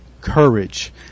courage